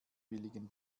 billigen